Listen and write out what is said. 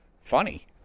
funny